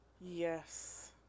Yes